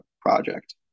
project